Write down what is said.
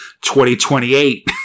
2028